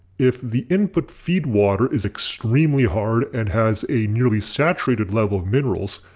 if the input feedwater is extremely hard, and has a nearly saturated level of minerals,